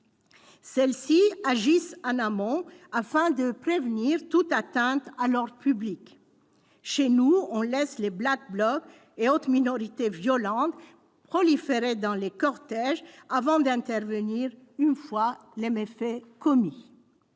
Celles-ci agissent en amont, afin de prévenir toute atteinte à l'ordre public. Chez nous, on laisse les Black Blocs et autres minorités violentes proliférer dans les cortèges avant d'intervenir une fois les méfaits commis.